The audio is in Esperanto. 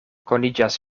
koniĝas